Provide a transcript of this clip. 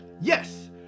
Yes